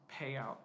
payout